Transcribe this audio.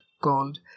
called